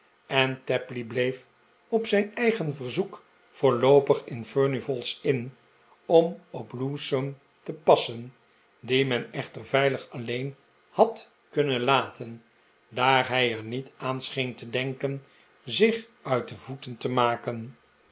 en tapley bleef op zijn eigen verzoek voorloopig in furnival's inn om op lewsome te passen dien men echter veilig alleen had kunnen laten daar hij er niet aan scheen te denken zich uit de voeten te maken